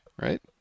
right